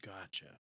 Gotcha